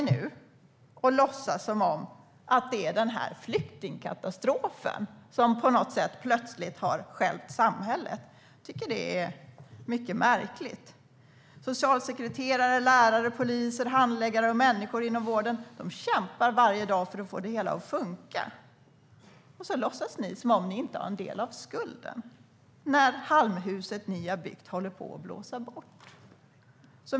Ändå låtsas ni nu att det är flyktingkatastrofen som på något sätt plötsligt har stjälpt samhället. Det är mycket märkligt. Socialsekreterare, lärare, poliser, handläggare och människor inom vården kämpar varje dag för att få det hela att fungera, och sedan låtsas ni att ni inte har någon skuld i att halmhuset som ni byggt håller på att blåsa bort.